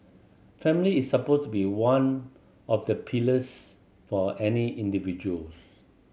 family is supposed to be one of the pillars for any individual